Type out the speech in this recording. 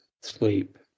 sleep